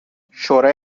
شورای